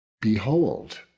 Behold